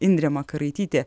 indrė makaraitytė